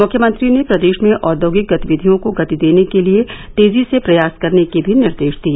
मुख्यमंत्री ने प्रदेश में औद्योगिक गतिविधियों को गति देने के लिए तेजी से प्रयास करने के भी निर्देश दिए